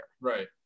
Right